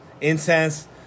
incense